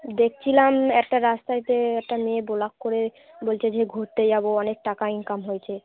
দেখছিলাম একটা রাস্তায়তে একটা মেয়ে ভ্লগ করে বলছে যে ঘুরতে যাবো অনেক টাকা ইনকাম হয়েছে